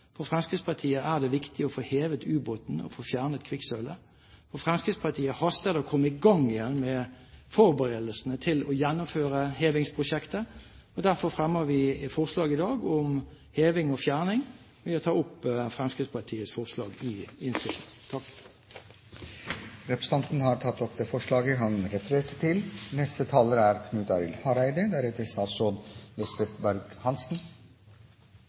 For Fremskrittspartiet er det viktig å få hevet ubåten og få fjernet kvikksølvet. For Fremskrittspartiet haster det med å komme i gang igjen med forberedelsene til å gjennomføre hevingsprosjektet. Derfor fremmer vi i dag forslag om heving og fjerning. Jeg tar opp Fremskrittspartiets forslag i innstillingen, Representanten Arne Sortevik har tatt opp det forslaget han refererte til.